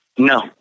No